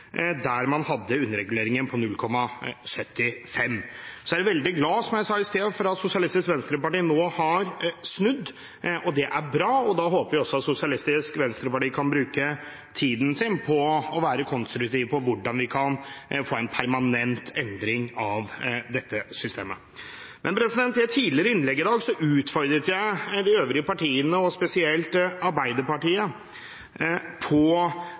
der man hadde en underregulering på 0,75 pst. Så er jeg veldig glad for – som jeg sa i sted – at SV nå har snudd. Det er bra. Da håper vi også at SV kan bruke tiden sin på å være konstruktiv med hensyn til hvordan vi kan få en permanent endring av dette systemet. I et tidligere innlegg i dag utfordret jeg de øvrige partiene, og spesielt Arbeiderpartiet, på